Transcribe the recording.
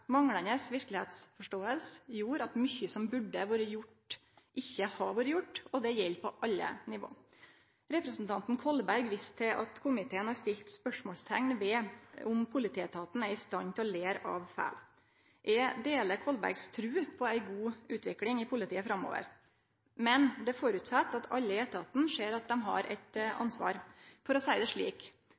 Manglande virkelegheitsforståing gjorde at mykje som burde vore gjort, ikkje har vore gjort. Det gjeld på alle nivå. Representanten Kolberg viste til at komiteen har sett spørsmålsteikn ved om politietaten er i stand til å lære av feil. Eg deler Kolbergs tru på ei god utvikling i politiet framover, men det føreset at alle i etaten ser at dei har eit ansvar. For å seie det slik: